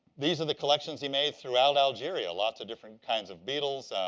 these are the collections he made throughout algeria. lots of different kinds of beetles.